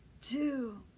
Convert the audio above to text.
two